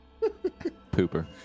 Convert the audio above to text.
Pooper